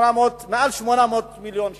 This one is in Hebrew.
מעל 800 מיליון שקל.